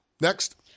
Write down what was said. Next